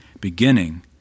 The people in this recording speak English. beginning